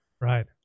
Right